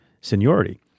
seniority